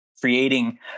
creating